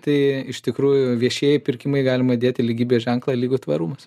tai iš tikrųjų viešieji pirkimai galima dėti lygybės ženklą lygu tvarumas